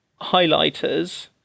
highlighters